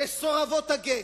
מסורבות הגט,